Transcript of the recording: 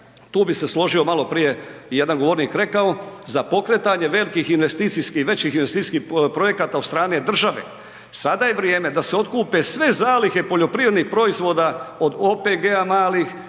tu bi se složio malo prije jedan govornik je rekao za pokretanje velikih investicijskih, većih investicijskih projekata od strane države, sada je vrijeme da se otkupe sve zalihe poljoprivrednih proizvoda od OPG-a, malih,